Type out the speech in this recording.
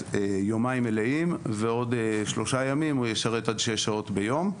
יומיים מלאים ועוד שלושה ימים שבהם ישרת עד שש שעות ביום.